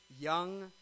young